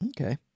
Okay